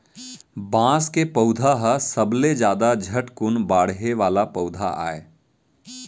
बांस के पउधा ह सबले जादा झटकुन बाड़हे वाला पउधा आय